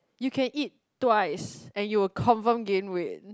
you can eat twice and you will confirm gain weight